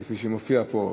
כפי שמופיע פה.